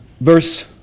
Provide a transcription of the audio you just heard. verse